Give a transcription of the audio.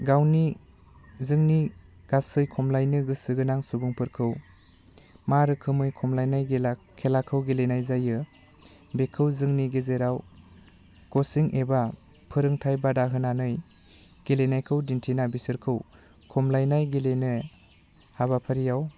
गावनि जोंनि गासै खमलायनो गोसो गोनां सुबुंफोरखौ मा रोखोमै खमलायनाय खेलाखौ गेलेनाय जायो बेखौ जोंनि गेजेराव कसिं एबा फोरोंथाय बादा होनानै गेलेनायखौ दिन्थिना बिसोरखौ खमलायनाय गेलेनो हाबाफारियाव